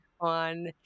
on